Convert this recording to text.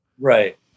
Right